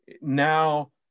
now